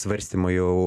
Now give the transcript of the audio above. svarstymo jau